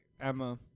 Emma